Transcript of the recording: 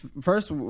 first